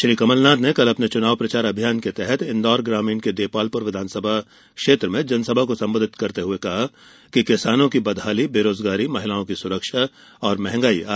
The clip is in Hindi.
श्री कमलनाथ कल अपने चुनाव प्रचार अभियान के तहत इंदौर ग्रामीण के देपालपुर विधानसभा क्षेत्र में जन सभा को संबोधित करते हुए कहा कि किसानों की बदहाली बेरोजगारी महिलाओं की सुरक्षा और महंगाई आज प्रर्देश के महत्वपूर्ण मुद्दे हैं